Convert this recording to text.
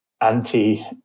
anti